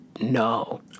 no